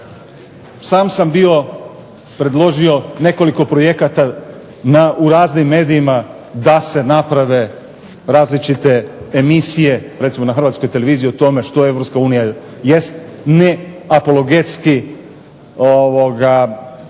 sam sam bio predložio nekoliko projekata na, u raznim medijima da se naprave različite emisije, recimo na hrvatskoj televiziji o tome što Europska unija jest, ne apologetski,